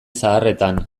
zaharretan